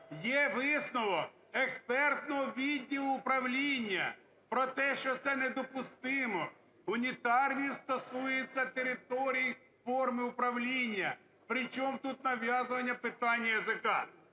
Є висновок експертного відділу управління про те, що це недопустимо. Унітарність стосується територій форми управління. При чому тут нав'язування питання язика?